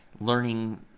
learning